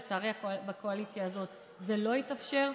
לצערי בקואליציה הזאת זה לא יתאפשר.